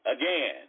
Again